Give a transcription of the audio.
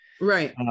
Right